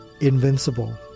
invincible